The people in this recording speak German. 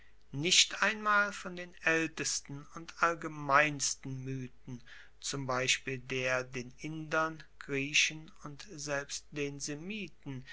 nicht einmal von den aeltesten und allgemeinsten mythen zum beispiel der den indern griechen und selbst den semiten